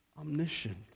omniscient